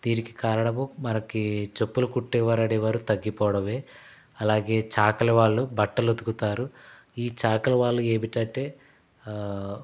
దీనికి కారణము మనకు చెప్పులు కుట్టేవారు అనేవారు తగ్గిపోవడమే అలాగే చాకలి వాళ్ళు బట్టలు ఉతుకుతారు ఈ చాకలి వాళ్ళు ఏమిటంటే